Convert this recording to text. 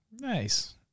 Nice